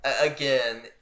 Again